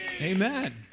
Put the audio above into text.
Amen